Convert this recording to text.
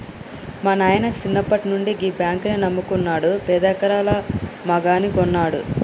మా నాయిన సిన్నప్పట్నుండి గీ బాంకునే నమ్ముకున్నడు, పదెకరాల మాగాని గొన్నడు